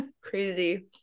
crazy